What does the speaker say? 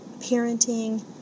parenting